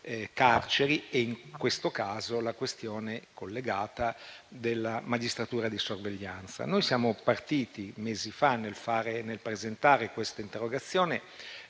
carceri e, nel caso specifico, la questione collegata della magistratura di sorveglianza. Noi siamo partiti mesi fa, nel presentare questa interrogazione,